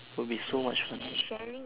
would be so much fun